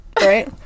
right